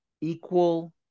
equal